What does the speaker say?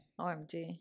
OMG